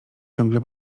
ciągle